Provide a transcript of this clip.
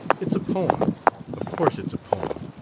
it's a poem of course it's a poem.